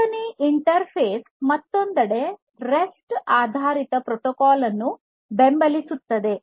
ನೋಂದಣಿ ಇಂಟರ್ಫೇಸ್ ಮತ್ತೊಂದೆಡೆ ರೆಸ್ಟ್ ಆಧಾರಿತ ಪ್ರೋಟೋಕಾಲ್ ಅನ್ನು ಬೆಂಬಲಿಸುತ್ತದೆ